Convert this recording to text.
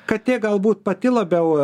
katė galbūt pati labiau